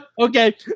okay